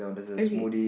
okay